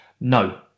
no